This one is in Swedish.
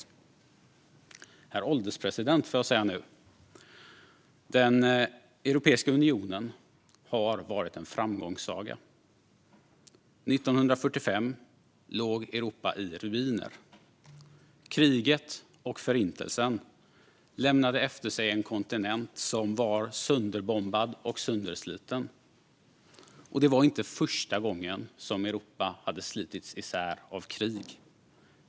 Herr ålderspresident! Europeiska unionen har varit en framgångssaga. År 1945 låg Europa i ruiner. Kriget och Förintelsen lämnade efter sig en kontinent som var sönderbombad och söndersliten. Det var heller inte första gången Europa hade slitits isär av krig.